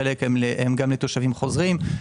חלק הם גם לתושבים חוזרים,